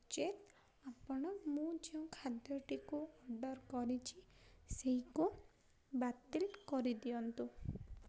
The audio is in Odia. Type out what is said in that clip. ନଚେତ୍ ଆପଣ ମୁଁ ଯେଉଁ ଖାଦ୍ୟଟିକୁ ଅର୍ଡ଼ର୍ କରିଛିି ସେହିକୁ ବାତିଲ୍ କରିଦିଅନ୍ତୁ